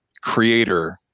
creator